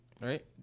Right